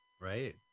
Right